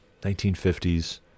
1950s